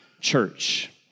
church